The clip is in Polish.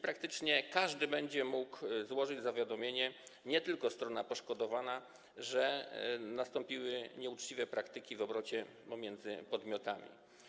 Praktycznie każdy będzie mógł złożyć zawiadomienie, nie tylko strona poszkodowana, że nastąpiły nieuczciwe praktyki w obrocie pomiędzy podmiotami.